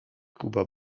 kuba